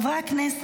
רגע,